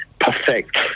perfect